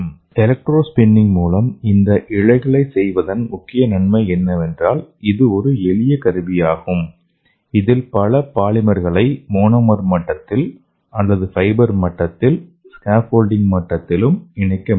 electro spinning மூலம் இந்த இழைகளை செய்வதின் முக்கிய நன்மை என்னவென்றால் இது ஒரு எளிய கருவியாகும் இதில் பல பாலிமர்களை மோனோமர் மட்டத்தில் அல்லது ஃபைபர் மட்டத்திலும் ஸ்கேஃபோல்டிங் மட்டத்திலும் இணைக்க முடியும்